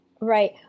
Right